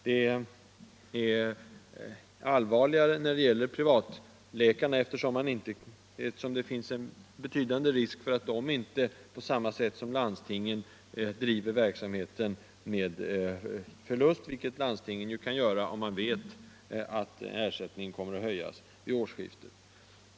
Situationen är allvarligare när det gäller privatläkarna, eftersom det finns en betydande sannolikhet för att de inte på samma sätt som landstingen driver verksamheten med förlust, vilket landstingen kan göra när de vet att ersättningen kommer att höjas vid årsskiftet.